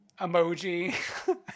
emoji